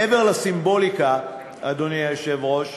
מעבר לסימבוליקה, אדוני היושב-ראש,